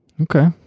okay